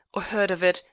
or heard of it,